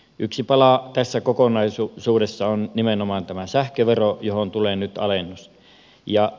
yksi pala tässä kokonaisuudessa on nimenomaan tämä sähkövero johon tulee nyt alennus